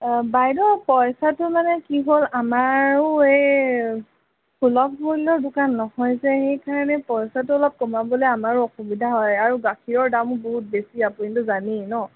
অঁ বাইদেউ পইচাটো মানে কি হ'ল আমাৰো এই সুলভ মূল্যৰ দোকান নহয় যে সেইকাৰণে পইচাটো অলপ কমাবলৈ আমাৰো অসুবিধা হয় আৰু গাখীৰৰ দামো বহুত বেছি আপুনিতো জানেই ন